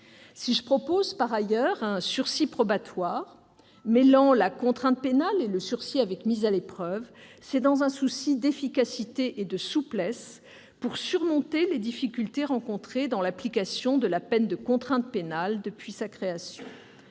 Si je propose par ailleurs un sursis probatoire, mêlant la contrainte pénale et le sursis avec mise à l'épreuve, c'est dans un souci d'efficacité et de souplesse, pour surmonter les difficultés rencontrées dans l'application de la peine de contrainte pénale depuis sa création.